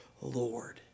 Lord